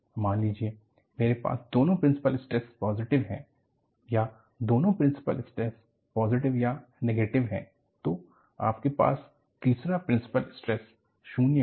मान लीजिए मेरे पास दोनों प्रिंसिपल स्ट्रेस पॉजिटिव हैं या दोनों प्रिंसिपल स्ट्रेस पॉजिटिव या नेगेटिव है तो आपके पास तीसरा प्रिंसिपल स्ट्रेस 0 होगा